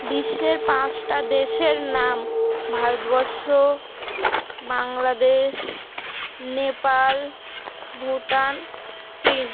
বিশ্বের পাঁচটা দেশের নাম ভারতবর্ষ বাংলাদেশ নেপাল ভুটান চীন